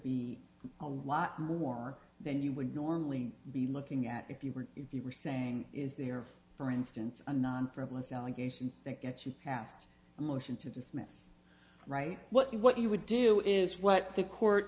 be a lot more than you would normally be looking at if you were if you were saying is there for instance a non frivolous allegations that get you past a motion to dismiss right what you what you would do is what the